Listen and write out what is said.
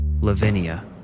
Lavinia